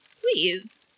Please